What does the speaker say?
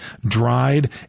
dried